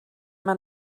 man